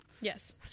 Yes